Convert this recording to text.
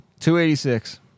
286